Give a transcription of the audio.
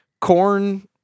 Corn